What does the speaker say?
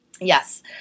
Yes